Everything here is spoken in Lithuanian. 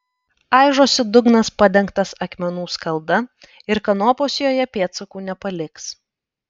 aižosi dugnas padengtas akmenų skalda ir kanopos joje pėdsakų nepaliks